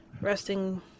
Resting